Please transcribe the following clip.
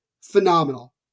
phenomenal